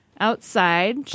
outside